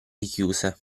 richiuse